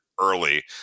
early